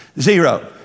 Zero